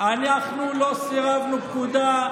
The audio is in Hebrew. אנחנו לא סירבנו פקודה,